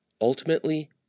Ultimately